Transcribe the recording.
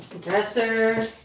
Dresser